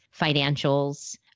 financials